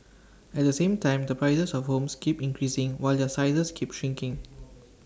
at the same time the prices of homes keep increasing while their sizes keep shrinking